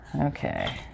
Okay